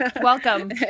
Welcome